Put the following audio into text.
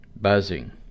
Buzzing